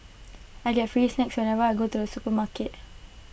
I get free snacks whenever I go to the supermarket